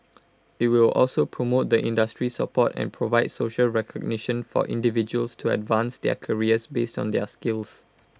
IT will also promote the industry support and provide social recognition for individuals to advance their careers based on their skills